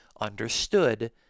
understood